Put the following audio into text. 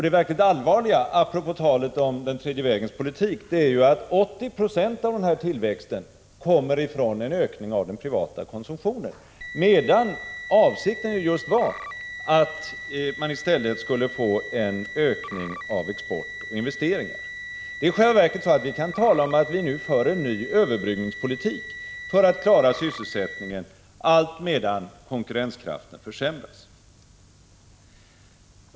Det verkligt allvarliga apropå talet om den tredje vägens politik är att 80 20 av tillväxten kommer från en ökning av den privata konsumtionen, medan avsikten var att man i stället skulle få en ökning av export och investeringar. Vi kan i själva verket tala om att vi nu för en ny överbryggningspolitik för att klara sysselsättningen allt medan konkurrenskraften försämras.